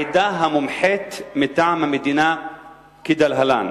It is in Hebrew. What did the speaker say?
העדה המומחית מטעם המדינה כדלהלן: